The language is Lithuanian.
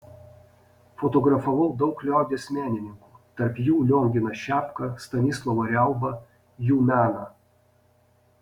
fotografavau daug liaudies menininkų tarp jų lionginą šepką stanislovą riaubą jų meną